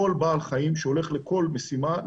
כל בעל חיים שהולך לכל משימה,